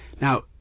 Now